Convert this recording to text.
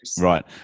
Right